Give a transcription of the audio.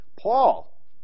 Paul